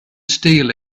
steal